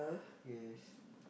yes